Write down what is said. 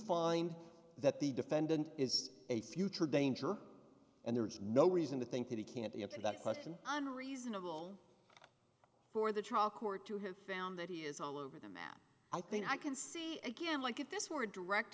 find that the defendant is a future danger and there is no reason to think that he can't answer that question i'm reasonable for the trial court to have found that he is all over the map i think i can see again like if this were a direct